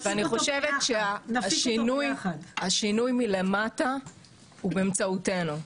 השינוי מלמטה הוא באמצעותנו.